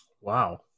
Wow